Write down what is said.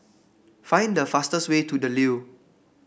find the fastest way to The Leo